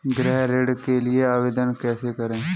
गृह ऋण के लिए आवेदन कैसे करें?